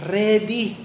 ready